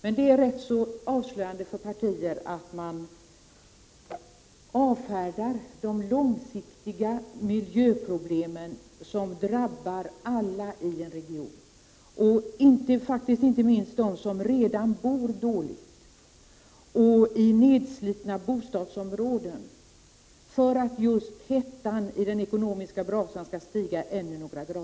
Men det är avslöjande för partiet att man avfärdar de långsiktiga miljöproblemen som drabbar alla i en region, inte minst dem som redan bor dåligt i nedslitna bostadsområden — för att just hettan i den ekonomiska brasan skall stiga ännu några grader.